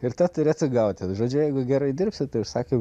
ir ta turi atsigauti žodžiu jeigu gerai dirbsi tai užsakymų